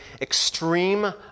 extreme